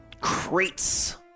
crates